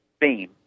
theme